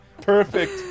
Perfect